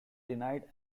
denied